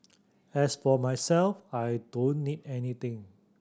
as for myself I don't need anything